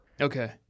Okay